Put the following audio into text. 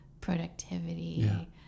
productivity